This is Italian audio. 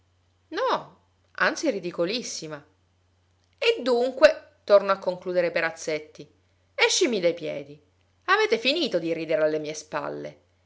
no anzi ridicolissima e dunque tornò a concludere perazzetti escimi dai piedi avete finito di ridere alle mie spalle